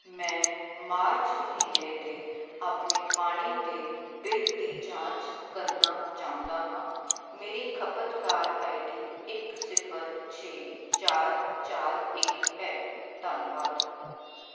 ਮੈਂ ਮਾਰਚ ਮਹੀਨੇ ਦੇ ਆਪਣੇ ਪਾਣੀ ਦੇ ਬਿੱਲ ਦੀ ਜਾਂਚ ਕਰਨਾ ਚਾਹੁੰਦਾ ਹਾਂ ਮੇਰੀ ਖਪਤਕਾਰ ਆਈਡੀ ਇੱਕ ਸਿਫ਼ਰ ਛੇ ਚਾਰ ਚਾਰ ਇੱਕ ਹੈ ਧੰਨਵਾਦ